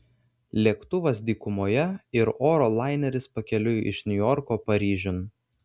lėktuvas dykumoje ir oro laineris pakeliui iš niujorko paryžiun